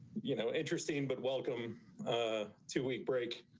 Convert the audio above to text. you know, interesting but welcome ah to week break